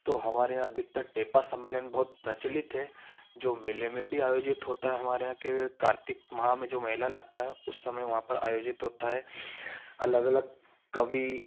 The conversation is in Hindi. तो हमारे यहाँ अधिकतर टेपा सम्मेलन बहुत प्रचलित है जो मेले में भी आयोजित होता है हमारे यहाँ के कार्तिक माह में जो मेला लगता है उस समय वहाँ पर आयोजित होता है अलग अलग कवि